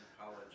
college